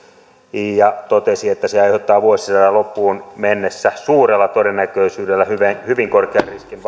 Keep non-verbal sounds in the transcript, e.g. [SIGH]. ja totesi että se aiheuttaa vuosisadan loppuun mennessä suurella todennäköisyydellä hyvin korkean vakavien ongelmien riskin [UNINTELLIGIBLE]